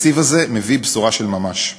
התקציב הזה מביא בשורה של ממש.